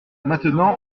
maintenant